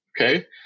Okay